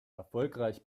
erfolgreich